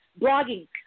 Blogging